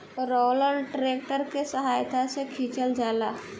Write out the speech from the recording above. roller tractor के सहायता से खिचल जाला